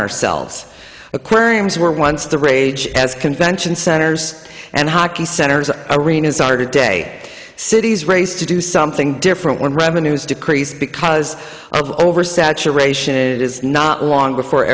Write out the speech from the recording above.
ourselves aquariums were once the rage as convention centers and hockey centers arenas are today cities race to do something different when revenues decrease because of oversaturation it is not long before